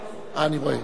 אני רואה, אוקיי.